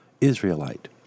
Israelite